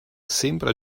sempre